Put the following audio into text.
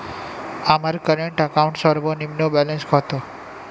আমার current account সর্বনিম্ন balance কত?